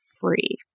free